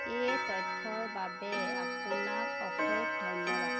এই তথ্যৰ বাবে আপোনাক অশেষ ধন্যবাদ